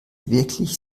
wirklich